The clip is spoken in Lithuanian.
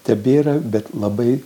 tebėra bet labai